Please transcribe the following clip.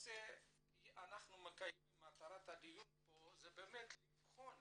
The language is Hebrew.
מטרת הדיון היא לבחון